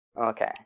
okay